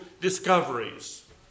discoveries